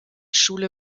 schule